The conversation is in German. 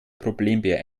problembär